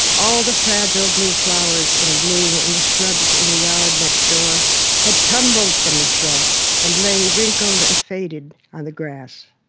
all the fragile blue flowers in bloom in the shrubs in the yard next door had tumbled from the shrubs and lay wrinkled and faded on the grass.